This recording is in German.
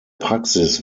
praxis